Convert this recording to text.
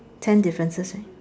ten differences